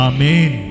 Amen